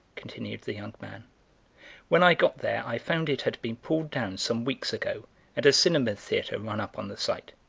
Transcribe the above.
continued the young man when i got there i found it had been pulled down some weeks ago and a cinema theatre run up on the site.